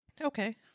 Okay